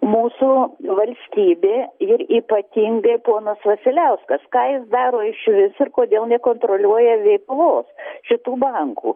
mūsų valstybė ir ypatingai ponas vasiliauskas ką jis daro išvis ir kodėl nekontroliuoja veiklos šitų bankų